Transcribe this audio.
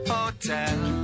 Hotel